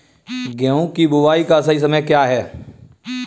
गेहूँ की बुआई का सही समय क्या है?